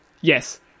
Yes